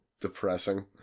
depressing